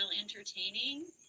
entertaining